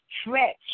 stretch